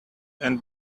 and